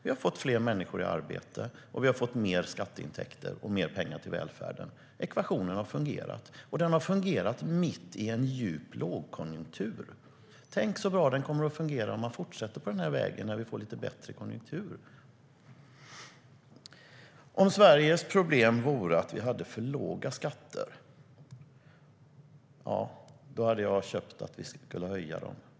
Vi har fått fler människor i arbete, och vi har fått mer skatteintäkter och mer pengar till välfärden. Ekvationen har fungerat, och den har fungerat mitt i en djup lågkonjunktur. Tänk så bra den kommer att fungera om man fortsätter på den här vägen när vi får lite bättre konjunktur! Om Sveriges problem vore att vi hade för låga skatter hade jag köpt att vi skulle höja dem.